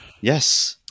yes